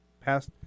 Past